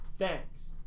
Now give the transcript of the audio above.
Thanks